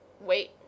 wait